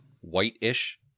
white-ish